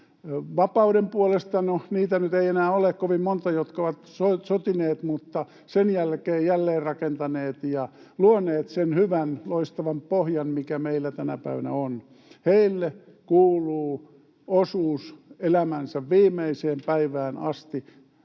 vapauden puolesta sotineet — no, niitä nyt ei enää ole kovin monta, jotka ovat sotineet — ja sen jälkeen jälleenrakentaneet ja luoneet sen hyvän, loistavan pohjan, mikä meillä tänä päivänä on. Heille kuuluu elämänsä viimeiseen päivään asti